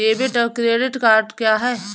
Debit और credit क्या है?